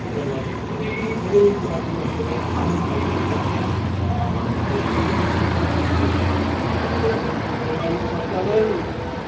हामीलाई धेरै धेरै कुराको एकदमै आराम पाइरहेका छौँ हामीले यो जस्तै नेपाली शब्दलाई